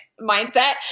mindset